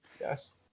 Yes